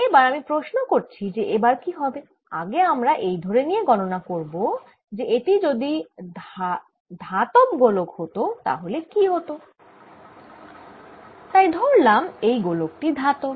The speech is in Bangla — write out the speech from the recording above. এবার আমি প্রশ্ন করছি যে এবার কি হবে আগে আমরা এই ধরে নিয়ে গণনা করব যে এটি যদি ধাতব গোলক হত তা হলে কি হত তাই ধরলাম এই গোলক টি ধাতব